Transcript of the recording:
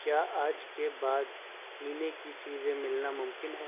کیا آج کے بعد پینے کی چیزیں ملنا ممکن ہے